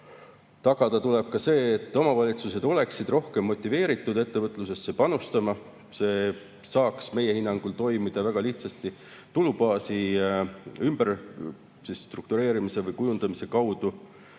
Tagada tuleb ka see, et omavalitsused oleksid rohkem motiveeritud ettevõtlusesse panustama. See saaks meie hinnangul toimida väga lihtsasti tulubaasi ümberstruktureerimise või -kujundamise kaudu.